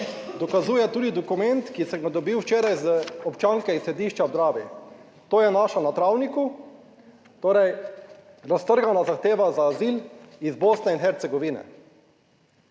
dokazuje tudi dokument, ki sem ga dobil včeraj od občanke iz Središča ob Dravi, to je našla na travniku, torej raztrgana zahteva za azil iz Bosne in Hercegovine.